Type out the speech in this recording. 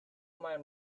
mind